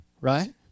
Right